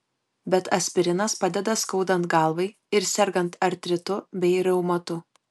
bet aspirinas padeda skaudant galvai ir sergant artritu bei reumatu